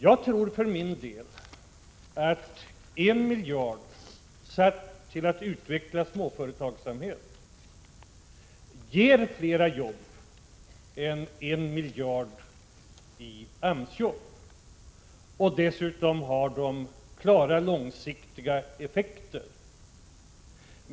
Jag tror för min del att 1 miljard kronor satta till att utveckla småföretagsamhet ger fler jobb än 1 miljard kronor till AMS-jobb, och dessutom ger det klara långsiktiga effekter.